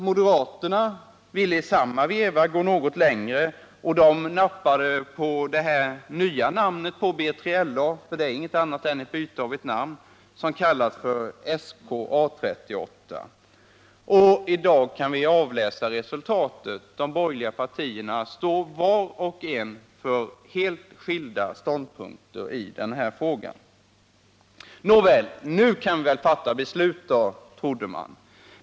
Moderaterna ville i samma veva gå något längre och nappade på det nya namnet på B3LA, för det är inget annat än ett byte av namn, nämligen SK 38/A 38. I dag kan vi avläsa resultatet: De borgerliga partierna står vart och ett för helt skilda ståndpunkter i den här frågan. Nåväl, nu kan det ändå fattas ett beslut — trodde man.